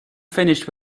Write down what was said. finished